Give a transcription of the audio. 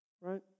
right